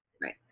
Right